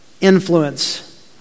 influence